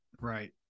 Right